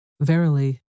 Verily